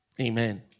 Amen